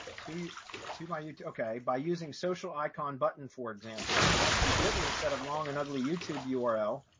to to my youtube, okay, by using social icon button, for example, i want to use bitly instead of long and ugly youtube yeah url.